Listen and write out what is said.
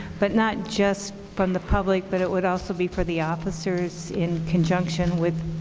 but not just from the public, but it would also be for the officers in conjunction with